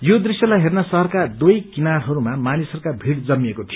यो दृश्यलाइ हेँन शहरका दुवै मिरारहरूमा मानिसहरूका भीड़ जमिएको थियो